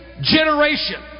generation